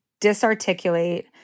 disarticulate